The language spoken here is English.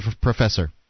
professor